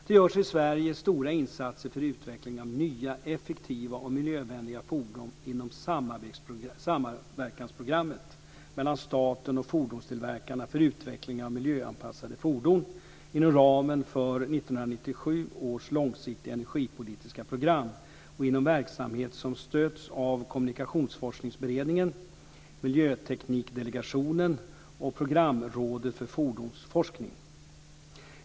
Det görs i Sverige stora insatser för utveckling av nya, effektiva och miljövänliga fordon inom Samverkansprogrammet mellan staten och fordonstillverkarna för utveckling av miljöanpassade fordon, inom ramen för 1997 års långsiktiga energipolitiska program och inom verksamhet som stöds av Kommunikationsforskningsberedningen, Miljöteknikdelegationen och Programrådet för Fordonsforskning.